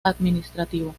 administrativo